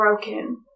broken